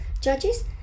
judges